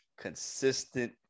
consistent